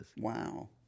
Wow